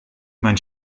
mein